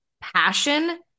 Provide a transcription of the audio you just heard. passion